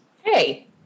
Hey